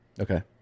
Okay